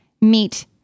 meet